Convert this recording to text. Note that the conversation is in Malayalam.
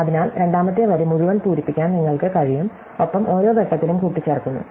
അതിനാൽ രണ്ടാമത്തെ വരി മുഴുവൻ പൂരിപ്പിക്കാൻ നിങ്ങൾക്ക് കഴിയും ഒപ്പം ഓരോ ഘട്ടത്തിലും കൂട്ടി ചേർക്കുന്നു